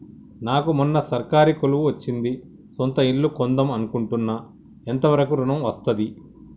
నాకు మొన్న సర్కారీ కొలువు వచ్చింది సొంత ఇల్లు కొన్దాం అనుకుంటున్నా ఎంత వరకు ఋణం వస్తది?